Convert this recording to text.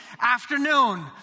afternoon